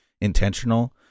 intentional